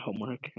homework